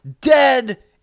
dead